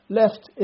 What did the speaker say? left